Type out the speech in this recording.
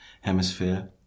hemisphere